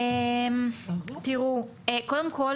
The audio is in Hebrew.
קודם כל,